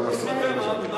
אז אתה מסיט את זה למשהו,